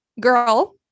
girl